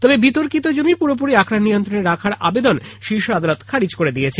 তবে বিতর্কিত জমি পুরোপুরি আখড়ার নিয়ন্ত্রণে রাখার আবেদন শীর্ষ আদালত খারিজ করে দিয়েছে